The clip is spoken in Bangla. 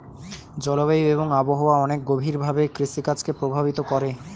জলবায়ু এবং আবহাওয়া অনেক গভীরভাবে কৃষিকাজ কে প্রভাবিত করে